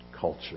culture